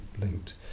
linked